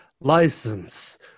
license